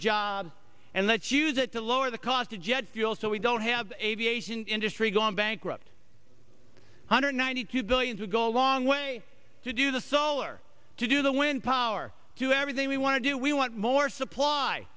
jobs and let's use it to lower the cost of jet fuel so we don't have aviation industry going bankrupt hundred ninety two billions would go a long way to do the solar to do the wind power to everything we want to do we want more supply